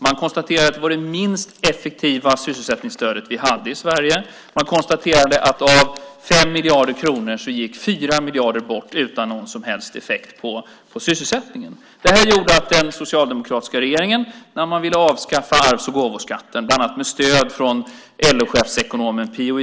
Man konstaterade att det var det minst effektiva sysselsättningsstödet som vi hade i Sverige. Man konstaterade att av 5 miljarder kronor gick 4 miljarder bort utan någon som helst effekt på sysselsättningen. Detta gjorde att den socialdemokratiska regeringen när man ville avskaffa arvs och gåvoskatterna bland annat med stöd av LO-chefsekonomen P.-O.